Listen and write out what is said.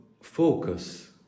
focus